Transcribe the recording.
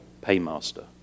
paymaster